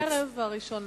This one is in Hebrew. ערב ה-1 באפריל.